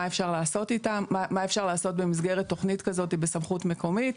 אפשר לעשות במסגרת תכנית כזאת בסמכות מקומית.